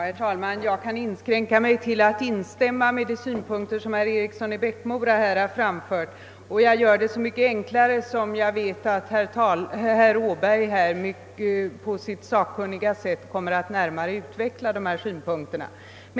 Herr talman! Jag kan inskränka mig till att instämma i de synpunkter som herr Eriksson i Bäckmora har framfört, och jag gör det så mycket hellre som jag vet att herr Åberg på sitt sakkunniga sätt kommer att närmare utveckla dessa synpunkter.